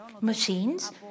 machines